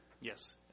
Yes